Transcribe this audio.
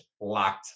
locked